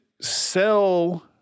sell